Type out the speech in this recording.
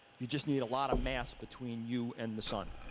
you just need a lot of mass between you and the sun.